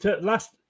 Last